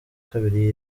kabiri